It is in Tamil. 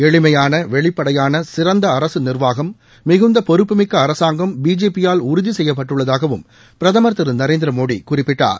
எளிமையான வெளிப்படையான சிறந்த அரசு நிர்வாகம் மிகுந்த பொறுப்பு மிக்க அரசாங்கம் பிஜேபி யால் உறுதி செய்யப்பட்டுள்ளதாகவும் பிரதமர் திரு நரேந்திரமோடி குறிப்பிட்டார்